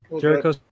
Jericho